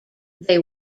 they